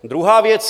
Druhá věc.